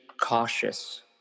cautious